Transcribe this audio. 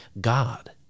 God